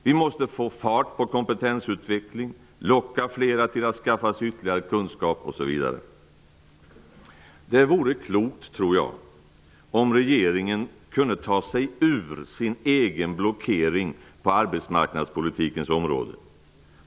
Vi måste få fart på kompetensutveckling, locka flera till att skaffa sig ytterligare kunskap osv. Det vore klokt, tror jag, om regeringen kunde ta sig ur sin egen blockering på arbetsmarknadspolitikens område.